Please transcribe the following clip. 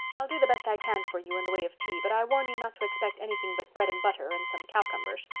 i'll do the best i can for you in the way of tea but i warn you not to expect anything but bread and butter and some cowcumbers.